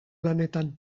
lanetan